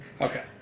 Okay